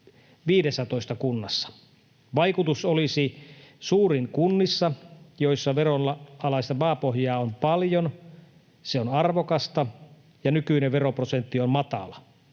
kertyisi 15 kunnassa. Vaikutus olisi suurin kunnissa, joissa veronalaista maapohjaa on paljon, se on arvokasta ja nykyinen veroprosentti on matala.